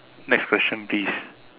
next question please